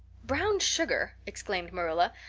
brown sugar! exclaimed marilla.